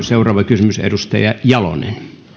seuraava kysymys edustaja jalonen